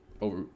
Over